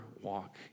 walk